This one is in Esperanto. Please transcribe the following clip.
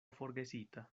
forgesita